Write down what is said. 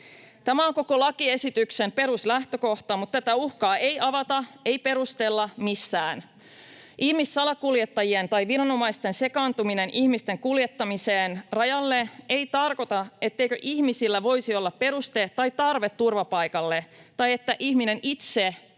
Tämä on koko lakiesityksen peruslähtökohta, mutta tätä uhkaa ei avata, ei perustella missään. Ihmissalakuljettajien tai viranomaisten sekaantuminen ihmisten kuljettamiseen rajalle ei tarkoita, etteikö ihmisillä voisi olla peruste tai tarve turvapaikalle tai että ihminen itse